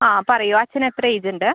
ആ പറയൂ അച്ഛനെത്ര ഏജുണ്ട്